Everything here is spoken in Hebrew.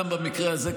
גם במקרה הזה,